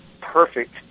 perfect